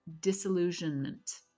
disillusionment